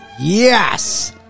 yes